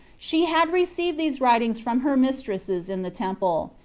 she had received these writings from her mistresses in the temple,